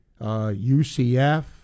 UCF